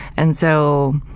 and so,